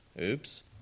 Oops